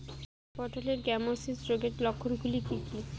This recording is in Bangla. পটলের গ্যামোসিস রোগের লক্ষণগুলি কী কী?